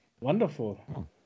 Wonderful